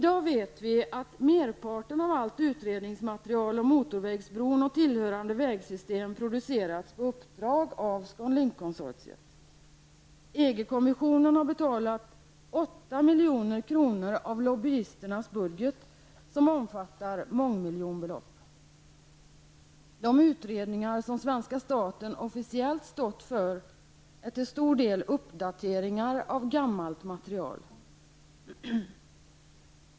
Vi vet i dag att merparten av allt utredningsmaterial om motorvägsbron och tillhörande vägsystem har producerats på uppdrag av ScanLink-konsortiet. EG-kommissionen har betalat 8 milj.kr. av lobbyisternas budget, som omfattar mångmiljonbelopp. De utredningar som svenska staten officiellt stått för är till stor del uppdateringar av gammalt material.